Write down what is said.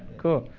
cool.